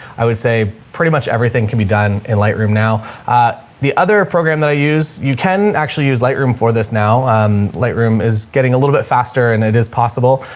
i would say pretty much everything can be done in light room. now the other program that i use, you can actually use light room for this. now um light room is getting a little bit faster and it is possible.